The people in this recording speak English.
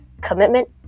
commitment